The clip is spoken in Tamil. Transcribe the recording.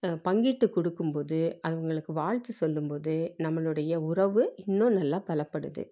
பங்கிட்டு கொடுக்கும்போது அவர்களுக்கு வாழ்த்து சொல்லும்போது நம்மளுடைய உறவு இன்னும் நல்லா பலப்படுது